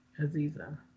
Aziza